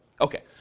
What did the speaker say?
Okay